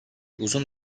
uzun